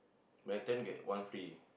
buy ten get one free